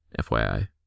FYI